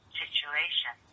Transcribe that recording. situation